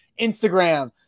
Instagram